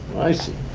i see.